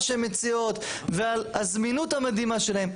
שהן מציעות ועל הזמינות המדהימה שלהן.